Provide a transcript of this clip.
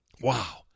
Wow